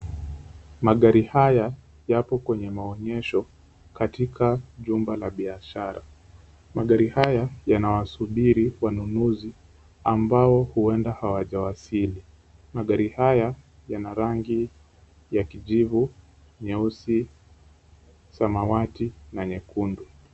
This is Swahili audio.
Magari haya yapo kwenye maonyesho katika jumba la biashara. Magari haya yana wasubiri wanunuzi ambao huenda hawajawasili. Magari haya yana rangi ya kijivu nyeusi, samawati na nyekundu.